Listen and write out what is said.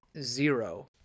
Zero